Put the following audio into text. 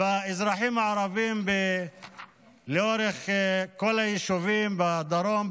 באזרחים הערבים לאורך כל היישובים בדרום,